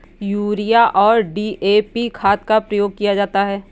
urea और DAP खाद का प्रयोग किया जाता है